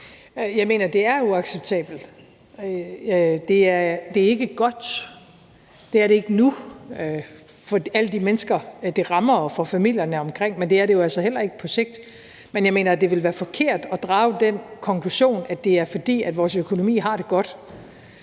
Jeg mener, det er uacceptabelt. Det er ikke godt; det er det ikke nu for alle de mennesker, det rammer, og for familierne omkring dem, men det er det jo altså heller ikke på sigt. Men jeg mener, at det ville være forkert at drage den konklusion, at det er, fordi vores økonomi har det godt.